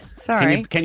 Sorry